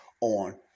on